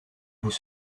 vous